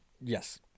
Yes